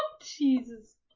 Jesus